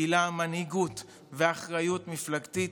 גילה מנהיגות ואחריות מפלגתית,